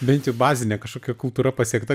bent jau bazinė kažkokia kultūra pasiekta